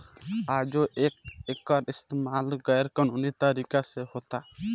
आजो एकर इस्तमाल गैर कानूनी तरीका से होता